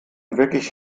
wirklich